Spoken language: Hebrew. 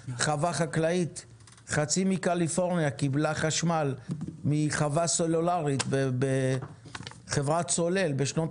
חצי מקליפורניה קיבלה חשמל מחווה סולארית ישראלית בשנות